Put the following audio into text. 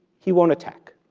he won't attack,